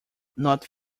not